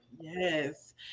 yes